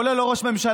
כולל לא ראש הממשלה,